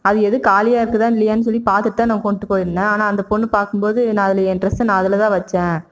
அது எதுவும் காலியாக இருக்குதா இல்லையான்னு சொல்லி பார்த்துட்டு தான் நான் கொண்டுட்டு போயிருந்தேன் ஆனால் அந்த பொண்ணு பார்க்கும்போது நான் அதில் என் ட்ரெஸ்ஸை நான் அதில்தான் வைச்சேன்